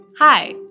Hi